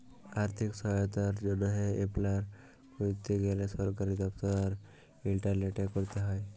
আথ্থিক সহায়তার জ্যনহে এপলাই ক্যরতে গ্যালে সরকারি দপ্তর আর ইলটারলেটে ক্যরতে হ্যয়